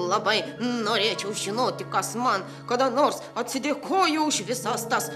labai norėčiau žinoti kas man kada nors atsidėkojo už visas tas